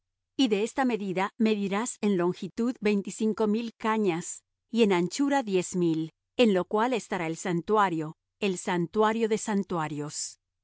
y de esta medida medirás en longitud veinticinco mil cañas y en anchura diez mil en lo cual estará el santuario el santuario de santuarios